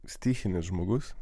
stichinis žmogus